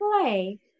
play